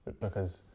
because-